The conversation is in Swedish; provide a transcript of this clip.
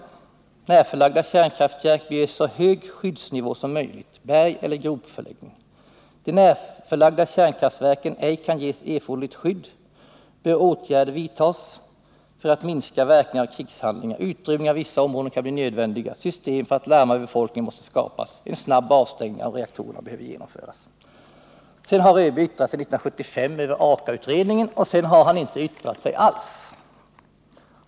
Närförlagda kärnkraftverk bör ges så hög skyddsnivå som möjligt . Då närförlagda kärnkraftverk ej kan ges erforderligt skydd bör åtgärder vidtas för att minska verkningarna av krigshandlingar. Utrymning av vissa områden kan bli nödvändigt. System för att larma befolkningen måste skapas. En snabb avstängning av reaktorn kan behöva genomföras.” År 1975 har ÖB yttrat sig över Aka-utredningen, och sedan har han inte yttrat sig alls.